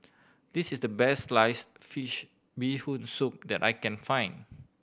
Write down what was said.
this is the best sliced fish Bee Hoon Soup that I can find